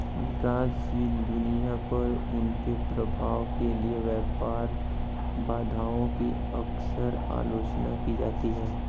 विकासशील दुनिया पर उनके प्रभाव के लिए व्यापार बाधाओं की अक्सर आलोचना की जाती है